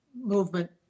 movement